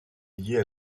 liées